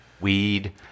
Weed